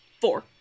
Four